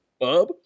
Bub